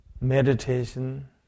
meditation